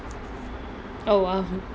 oh !wow!